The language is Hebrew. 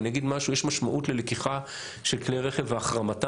אני אגיד, יש משמעות ללקיחה של כלי רכב והחרמתם